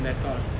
that's all